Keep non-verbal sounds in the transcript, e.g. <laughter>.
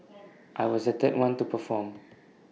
<noise> I was the third one to perform